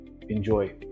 Enjoy